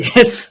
Yes